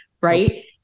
Right